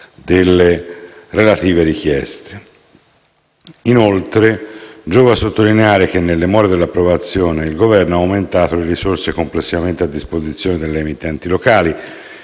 delle relative richieste. Inoltre, giova sottolineare che, nelle more dell'approvazione, il Governo ha aumentato le risorse complessivamente a disposizione delle emittenti locali,